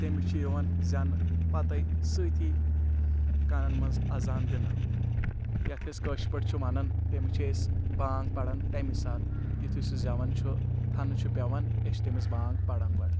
تیٚمِس چھِ یِوان زیٚنہٕ پَتَے سۭتھی کَنَن منٛز اَذان دِنہٕ یَتھ أسۍ کٲشِر پٲٹھۍ چھِ وَنان تیٚمِس چھِ أسۍ بانٛگ پَران تَمی ساتہٕ یُتھُے سُہ زیٚوان چھُ تھَنہٕ چھُ پیٚوان أسۍ چھِ تٔمِس بانٛگ پَران گۄڈٕ